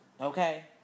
okay